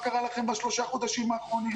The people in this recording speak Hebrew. תראו מה קרה לכם בשלושה החודשים האחרונים?